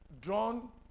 drawn